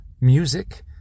music